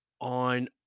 on